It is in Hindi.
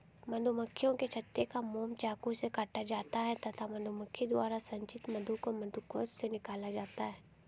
मधुमक्खियों के छत्ते का मोम चाकू से काटा जाता है तथा मधुमक्खी द्वारा संचित मधु को मधुकोश से निकाला जाता है